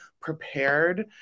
prepared